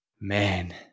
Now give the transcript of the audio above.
Man